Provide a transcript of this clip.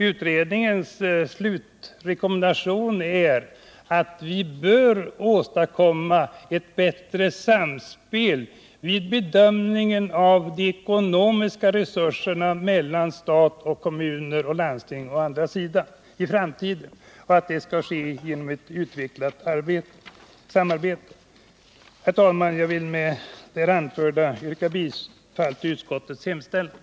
Utredningens slutrekommendation är att vi bör åstadkomma ett bättre samspel vid bedömningen av de ekonomiska resurserna mellan staten å ena sidan och kommuner och landsting å den andra i framtiden och att det bör ske genom ett utvecklat samarbete. Herr talman! Jag vill med det anförda yrka bifall till utskottets hemställan.